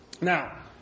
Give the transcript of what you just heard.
Now